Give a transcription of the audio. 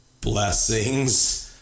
blessings